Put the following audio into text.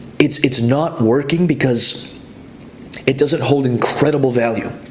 it's it's not working because it doesn't hold incredible value.